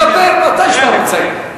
מדבר מתי שאתה רוצה.